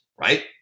right